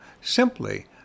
simply